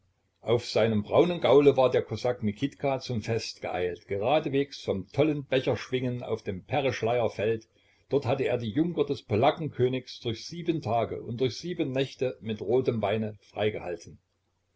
auf seinem braunen gaule war der kosak mikitka zum fest geeilt geradeswegs vom tollen becherschwingen auf dem pereschlaier feld dort hatte er die junker des polackenkönigs durch sieben tage und durch sieben nächte mit rotem weine freigehalten